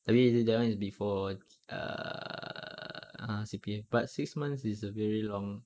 three is that [one] is before err ah C_P_F but six months is a very long